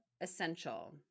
essential